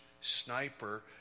sniper